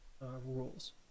rules